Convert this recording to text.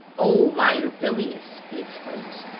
oh, my orbilius! he exclaims,